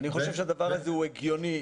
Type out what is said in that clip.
אני חושב שהדבר הזה הוא הגיוני,